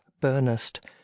burnest